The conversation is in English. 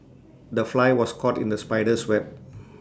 the fly was caught in the spider's web